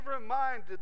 reminded